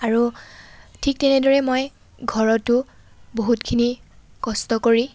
আৰু ঠিক তেনেদৰে মই ঘৰতো বহুতখিনি কষ্ট কৰি